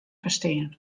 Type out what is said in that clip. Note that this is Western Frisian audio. ferstean